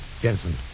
Jensen